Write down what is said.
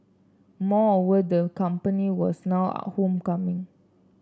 moreover the company was now are home coming